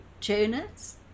Jonas